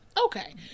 Okay